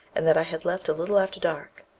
and that i had left a little after dark.